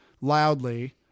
loudly